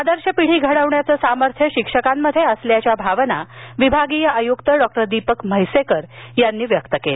आदर्श पिढी घडविण्याचं सामर्थ्य शिक्षकांमध्ये असल्याच्या भावना विभागीय आयुक्त डॉक्टर दीपक म्हैसेकर यांनी व्यक्त केल्या